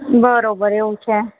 બરાબર એવું છે